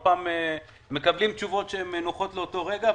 אנחנו מקבלים תשובות שנוחות לאותו רגע,